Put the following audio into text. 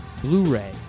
Blu-ray